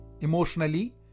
emotionally